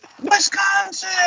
Wisconsin